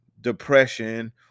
depression